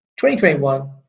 2021